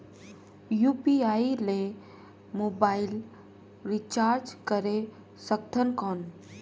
UPI ले mobile recharge करे सकथन कौन?